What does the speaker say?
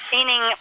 Meaning